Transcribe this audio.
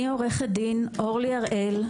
אני עו"ד אורלי הראל,